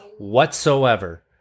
whatsoever